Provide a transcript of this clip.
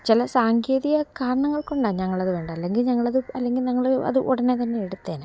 ചില സാങ്കേതിക കാരണങ്ങള്കൊണ്ടാണ് ഞങ്ങളത് വേണ്ട അല്ലെങ്കിൽ ഞങ്ങളത് അല്ലെങ്കിൽ ഞങ്ങൾ അത് ഉടനെ തന്നെ എടുത്തേനെ